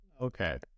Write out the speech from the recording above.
Okay